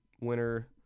winner